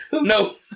no